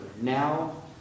now